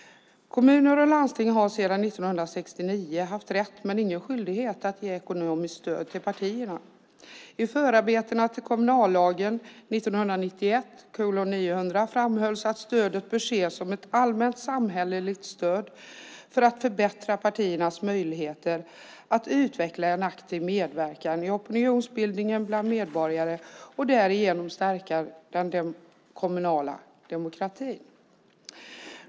Kommuner och landsting har sedan 1969 haft rätt men inte skyldighet att ge ekonomiskt stöd till partierna. I förarbetena till kommunallagen 1991:900 framhölls att stödet bör ses som ett allmänt samhälleligt stöd för att förbättra partiernas möjligheter att utveckla en aktiv medverkan i opinionsbildningen bland medborgare och därigenom stärka den kommunala demokratin.